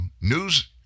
news